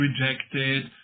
rejected